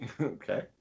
Okay